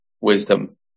wisdom